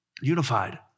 unified